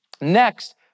Next